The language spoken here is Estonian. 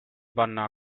panna